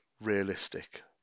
realistic